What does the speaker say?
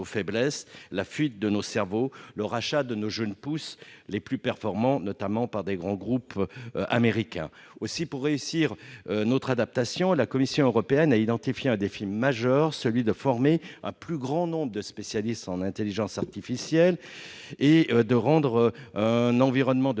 faiblesses : fuite de nos cerveaux, rachat de nos jeunes pousses les plus performantes, notamment par de grands groupes américains. En vue de réussir notre adaptation, la Commission européenne a identifié un défi majeur : former un plus grand nombre de spécialistes en intelligence artificielle et créer un environnement de